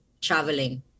Traveling